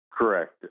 Correct